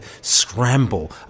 scramble